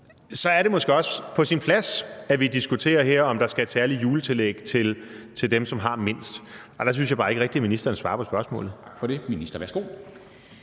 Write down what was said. så er det måske også på sin plads, at vi her diskuterer, om der skal være et særligt juletillæg til dem, som har mindst. Der synes jeg bare ikke rigtig at ministeren svarer på spørgsmålet. Kl. 13:29 Formanden (Henrik